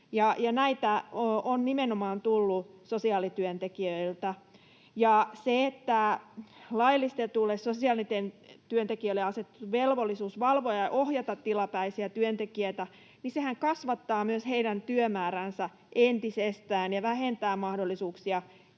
Näitä on nimenomaan tullut sosiaalityöntekijöiltä. Ja kun laillistetulle sosiaalityöntekijälle on asetettu velvollisuus valvoa ja ohjata tilapäisiä työntekijöitä, niin sehän kasvattaa myös heidän työmääränsä entisestään ja vähentää mahdollisuuksia